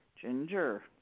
Ginger